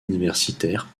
universitaire